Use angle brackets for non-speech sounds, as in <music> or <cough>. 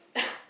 <breath>